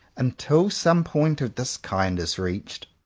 until some point of this kind is reached,